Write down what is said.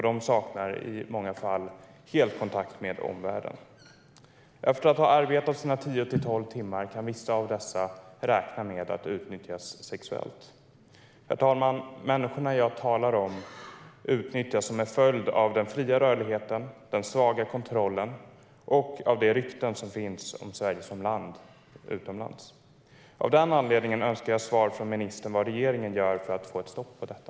De saknar också i många fall helt kontakt med omvärlden. Efter att ha arbetat sina tio till tolv timmar kan vissa även räkna med att utnyttjas sexuellt. Herr talman! Människorna jag talar om utnyttjas som en följd av den fria rörligheten, den svaga kontrollen och de rykten som finns utomlands om Sverige som land. Av den anledningen önskar jag svar från ministern vad regeringen gör för att få ett stopp på detta.